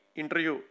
interview